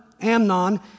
Amnon